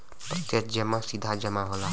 प्रत्यक्ष जमा सीधा जमा होला